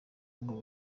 ngo